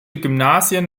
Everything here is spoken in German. gymnasien